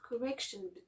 correction